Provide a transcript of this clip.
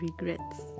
regrets